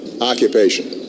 occupation